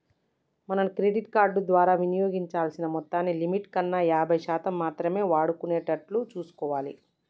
మనం credit card ద్వారా వినియోగించాల్సిన మొత్తాన్ని లిమిట్ కన్నా యాభై శాతం మాత్రమే వాడుకునేటట్లు చూసుకోవాలి